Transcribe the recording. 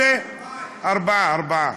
ארבעה, ארבעה.